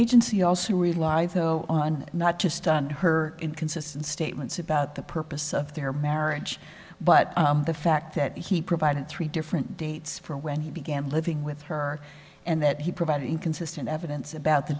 though on not just on her inconsistent statements about the purpose of their marriage but the fact that he provided three different dates for when he began living with her and that he provided inconsistent evidence about the